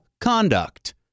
conduct